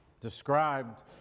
described